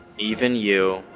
even you.